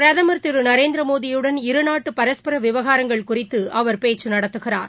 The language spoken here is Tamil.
பிரதமர் திருநரேந்திரமோடியுடன் இருநாட்டுபரஸ்பரவிவகாரங்க்ளகுறித்துஅவர் பேச்சுநடத்துகிறார்